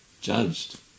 judged